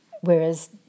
whereas